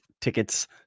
tickets